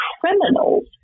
criminals